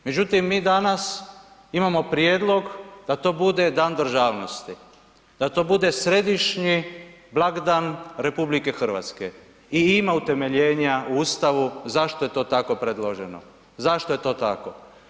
Međutim mi danas imamo prijedlog da to bude Dan državnosti, da to bude središnji blagdan RH i ima utemeljenja u Ustavu zašto je to tako predloženo, zašto je to tako.